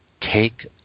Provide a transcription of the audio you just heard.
take